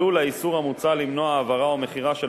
עלול האיסור המוצע למנוע העברה או מכירה של